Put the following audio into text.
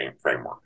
framework